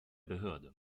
behörde